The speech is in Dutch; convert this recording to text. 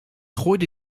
gooide